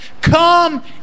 Come